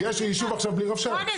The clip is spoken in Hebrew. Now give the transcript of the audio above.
יש יישוב עכשיו בלי רבש"ץ.